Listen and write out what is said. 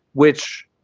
which.